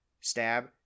stab